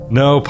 no